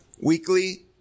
Weekly